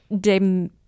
de